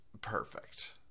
perfect